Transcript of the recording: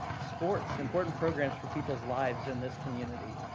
sports, important programs for people's lives in this community.